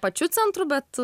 pačiu centru bet